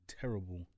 terrible